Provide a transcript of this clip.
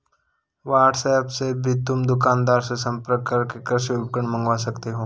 WhatsApp से भी तुम दुकानदार से संपर्क करके कृषि उपकरण मँगवा सकते हो